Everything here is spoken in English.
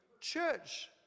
church